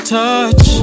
touch